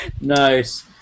Nice